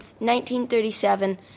1937